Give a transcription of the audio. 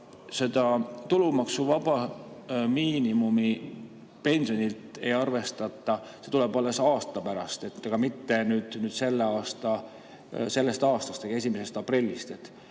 et tulumaksuvaba miinimumi pensionilt ei arvestata? See tuleb alles aasta pärast, aga mitte sellest aastast ega 1. aprillist.